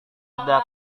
ada